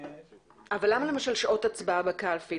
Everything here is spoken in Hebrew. למה למשל שעות הצבעה בקלפי?